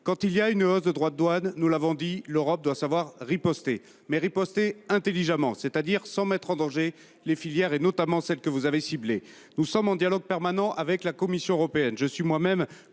? En cas d’augmentation des droits de douane, nous l’avons dit, l’Europe doit savoir riposter, mais riposter intelligemment, c’est à dire sans mettre en danger les filières, notamment celles que vous avez évoquées. Nous dialoguons en permanence avec la Commission européenne,